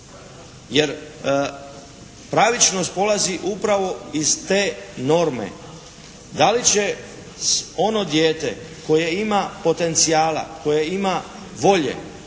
Jer pravičnost polazi upravo iz te norme da li će ono dijete koje ima potencijala, koje ima volje,